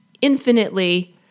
infinitely